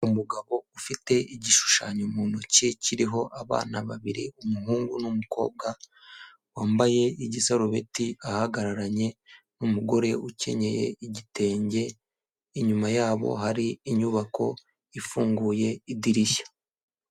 Umugabo ufite igishushanyo mu ntoki kiriho abana babiri umuhungu n'umukobwa, wambaye igisarubeti, ahagararanye n'umugore ukenyeye igitenge, inyuma yabo hari inyubako ifunguye idirishya.